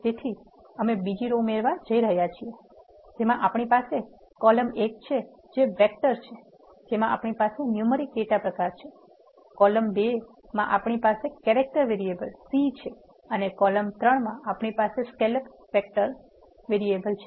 તેથી અમે બીજી રો ઉમેરવા જઇ રહ્યા છિએ જેમાં આપણી પાસે કોલમ 1 છે જે vec1 છે જેમાં આપણી પાસે ન્યુમેરીક ડેટા પ્રકાર 4 છે કોલમ 2 માં આપણી પાસે કેરેક્ટર વરીએબલ C છે કોલમ 3 માં આપણી પાસે સ્કેલ અપ માટે કેરેક્ટર વરીએબલછે